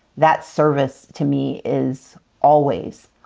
that service to me is always,